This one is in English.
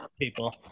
people